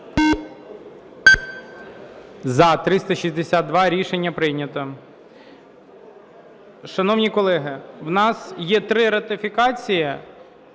За-362 Рішення прийнято. Шановні колеги, у нас є три ратифікації.